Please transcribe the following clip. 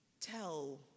tell